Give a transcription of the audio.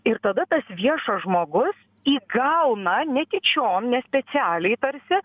ir tada tas viešas žmogus įgauna netyčiom nespecialiai tarsi